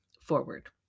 forward